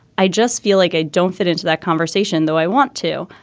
i just feel like i don't fit into that conversation though i want to.